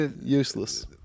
Useless